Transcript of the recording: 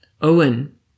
Owen